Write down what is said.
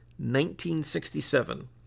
1967